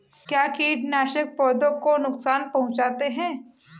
क्या कीटनाशक पौधों को नुकसान पहुँचाते हैं?